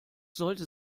sollte